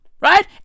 Right